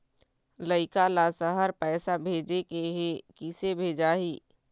लइका ला शहर पैसा भेजें के हे, किसे भेजाही